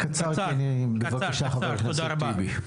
בבקשה, חבר הכנסת טיבי.